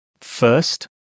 First